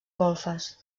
golfes